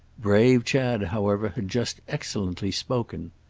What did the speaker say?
brave chad however had just excellently spoken.